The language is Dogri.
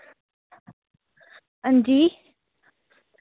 हां जी